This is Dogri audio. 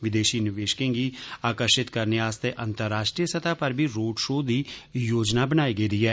विदेशी निवेशकें गी आकर्षित करने आस्तै अंतर्राष्ट्रीय स्तह पर भी रोड़ शो दी योजना बनाई गेदी ऐ